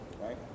right